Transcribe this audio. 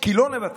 כי לא נוותר.